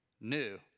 new